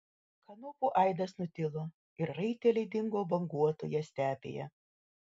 kanopų aidas nutilo ir raiteliai dingo banguotoje stepėje